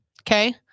Okay